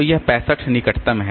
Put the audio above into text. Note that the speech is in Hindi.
तो 65 निकटतम है